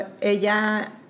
ella